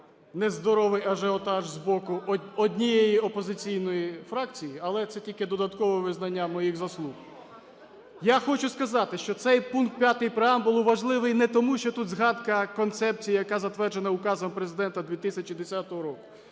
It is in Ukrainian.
нездоровий ажіотаж з боку однієї опозиційної фракції, але це тільки додаткове визнання моїх заслуг. Я хочу сказати, що цей пункт 5 преамбули важливий не тому, що тут згадка концепції, яка затверджена Указом Президента 2010 року,